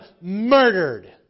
murdered